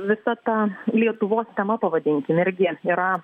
visa ta lietuvos tema pavadinkim irgi yra